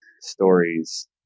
stories